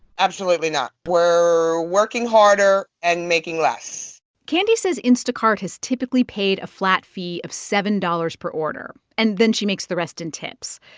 absolutely not. we're working harder and making less candy says instacart has typically paid a flat fee of seven dollars per order, and then she makes the rest in tips.